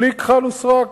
בלי כחל ושרק.